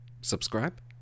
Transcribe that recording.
Subscribe